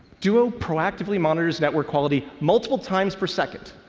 duo proactively monitors network quality multiple times per second,